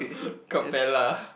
Capella